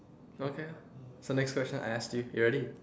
okay so next question I ask you you ready